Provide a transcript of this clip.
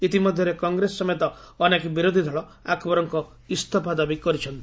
ଇତି ମଧ୍ୟରେ କଂଗ୍ରେସ ସମେତ ଅନେକ ବିରୋଧି ଦଳ ଆକ୍ବରଙ୍କ ଇସ୍ତଫା ଦାବି କରିଛନ୍ତି